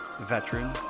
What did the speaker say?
veteran